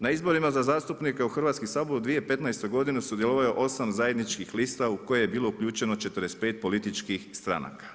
Na izborima za zastupnike u Hrvatski sabor u 2015. godini sudjelovalo je osam zajedničkih lista u koju je bilo uključeno 45 političkih stranaka.